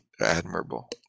admirable